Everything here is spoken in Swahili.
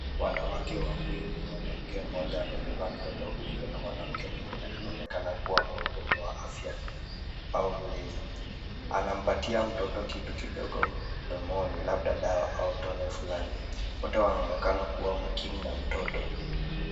Wanawake wawili, mwanamke mmoja amebeba mtoto huyo na mwanamke mwingine anaonekana kuwa mhudumu wa afya au mlezi. Anampatia mtoto kitu kidogo mdomoni labda dawa au tone fulani. Wote wanaonekana kuwa makini na mtoto.